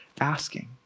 asking